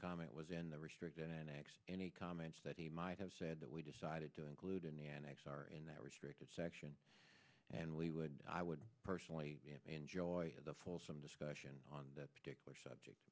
comment was in the restricted annex any comments that he might have said that we decided to include an annex are in that restricted section and we would i would personally enjoy the fulsome discussion on that particular subject